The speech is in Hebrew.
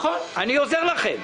אני עוזר לכם.